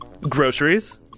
Groceries